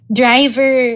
driver